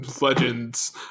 legends